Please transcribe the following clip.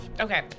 Okay